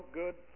good